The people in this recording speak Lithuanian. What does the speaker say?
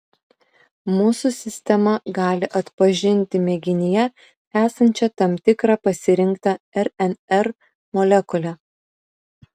mūsų sistema gali atpažinti mėginyje esančią tam tikrą pasirinktą rnr molekulę